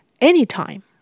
Anytime